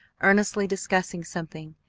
earnestly discussing something.